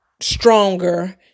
stronger